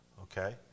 Okay